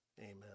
amen